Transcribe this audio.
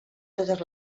totes